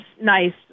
nice